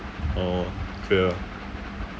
orh okay lah